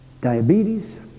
diabetes